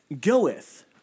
goeth